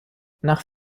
nach